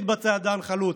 התבטא דן חלוץ,